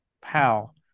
pal